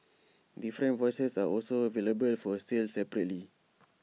different voices are also available for sale separately